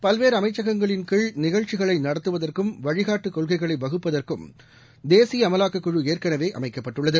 பல்வேறுஅமைச்சகங்களின் கீழ் நிகழ்ச்சிகளைநடத்துவதற்கும் வழிகாட்டிக் கொள்கைகளைஉருவாக்குவதற்கும் தேசியஅமலாக்கக்குழுஏற்களவேஅமைக்கப்பட்டுள்ளது